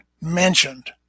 mentioned